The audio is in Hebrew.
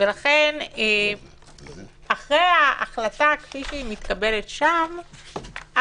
לכן אחרי ההחלטה כפי שהיא מתקבלת שם,